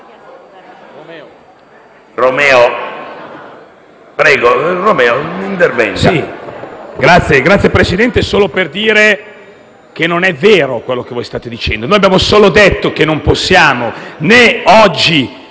intervengo solo per dire che non è vero quello che state dicendo. Abbiamo solo detto che non possiamo né oggi,